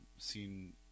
seen